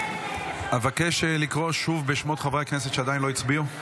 נגד אבקש לקרוא שוב בשמות חברי הכנסת שעדיין לא הצביעו.